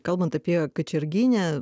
kalbant apie kačerginę